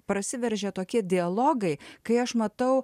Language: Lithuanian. prasiveržia tokie dialogai kai aš matau